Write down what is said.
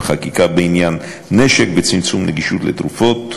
חקיקה בעניין נשק וצמצום נגישות לתרופות,